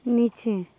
नीचे